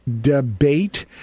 debate